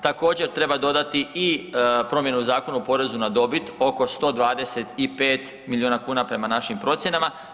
Također treba dodati i promjenu u Zakonu o porezu na dobit oko 125 milijuna kuna prema našim procjenama.